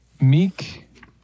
meek